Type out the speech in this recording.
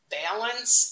balance